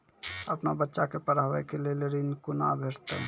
अपन बच्चा के पढाबै के लेल ऋण कुना भेंटते?